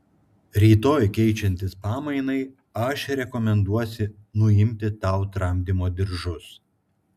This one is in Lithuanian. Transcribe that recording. rytoj keičiantis pamainai aš rekomenduosiu nuimti tau tramdymo diržus